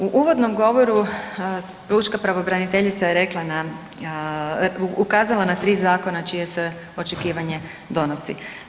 U uvodnom govoru pučka pravobraniteljica je rekla na, ukazala na 3 zakona čije se očekivanje donosi.